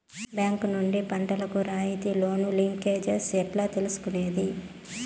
Bank నుండి పంటలు కు రాయితీ లోను, లింకేజస్ ఎట్లా తీసుకొనేది?